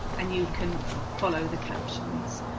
and you can follow the captions.